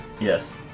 Yes